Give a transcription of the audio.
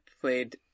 played